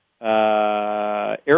Air